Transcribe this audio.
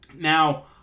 Now